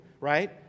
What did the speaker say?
right